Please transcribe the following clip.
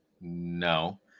no